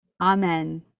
Amen